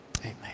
Amen